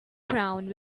ground